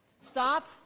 Stop